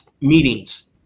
meetings